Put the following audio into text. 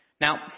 Now